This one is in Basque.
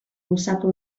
luzatu